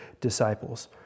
disciples